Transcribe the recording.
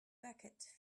bucket